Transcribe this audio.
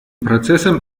процессом